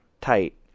tight